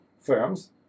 firms